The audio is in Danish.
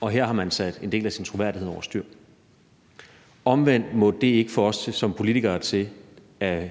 og her har man sat en del af sin troværdighed over styr. Omvendt må det ikke få os som politikere til at